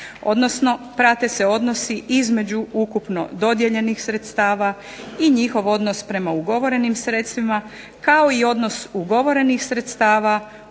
Odnosno, prate se odnosi između ukupno dodijeljenih sredstava i njihov odnos prema ugovorenim sredstvima kao i odnos ugovorenih sredstava